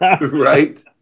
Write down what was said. Right